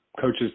coaches